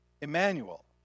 Emmanuel